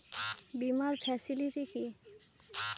বীমার ফেসিলিটি কি?